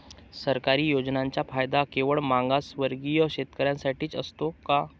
सरकारी योजनांचा फायदा केवळ मागासवर्गीय शेतकऱ्यांसाठीच असतो का?